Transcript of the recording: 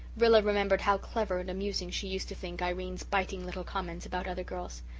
rilla remembered how clever and amusing she used to think irene's biting little comments about other girls.